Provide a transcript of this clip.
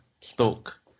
Stoke